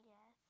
Yes